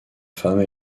femmes